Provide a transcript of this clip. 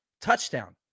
touchdown